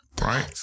right